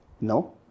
No